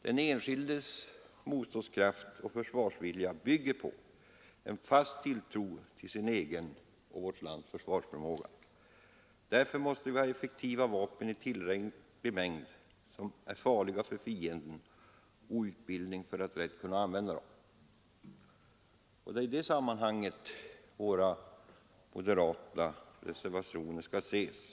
Den enskildes motståndskraft och försvarsvilja bygger på en fast tilltro till sin egen och vårt lands försvarsförmåga. Därför måste vi ha effektiva vapen i tillräcklig mängd, som är farliga för fienden, och utbildning för att rätt kunna använda dem. Det är i detta sammanhang som våra reservationer från moderata samlingspartiet skall ses.